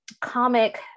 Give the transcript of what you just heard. comic